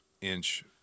inch